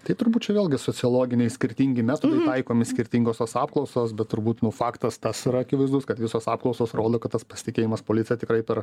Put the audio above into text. tai turbūt čia vėlgi sociologiniai skirtingi metodai taikomi skirtingos tos apklausos bet turbūt nu faktas tas yra akivaizdus kad visos apklausos rodo kad tas pasitikėjimas policija tikrai per